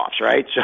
right